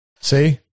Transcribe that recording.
See